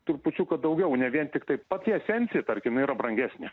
trupučiuką daugiau ne vien tiktai pati esencija tarkim jinai yra brangesnė